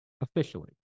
officially